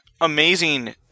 amazing